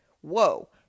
Whoa